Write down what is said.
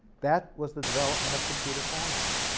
that was the development of computer science.